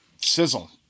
sizzle